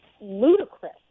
ludicrous